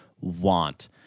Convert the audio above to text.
want